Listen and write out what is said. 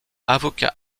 avocat